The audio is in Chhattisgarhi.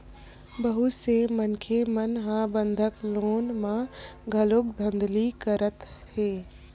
बहुत से मनखे मन ह बंधक लोन म घलो धांधली करथे